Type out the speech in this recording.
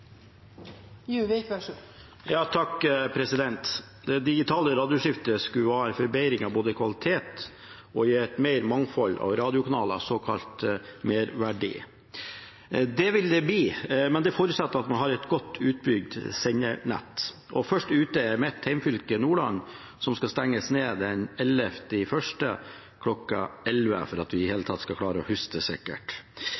Det digitale radioskiftet skal være en forbedring av både kvalitet og gi et mer mangfold av radiokanaler, såkalt merverdi. Det vil det bli, men det forutsetter at man har et godt utbygd sendernett, og først ute er mitt hjemfylke, Nordland, som skal stenges ned den 11. januar kl. 11 – sikkert for at vi i